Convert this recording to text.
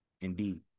Indeed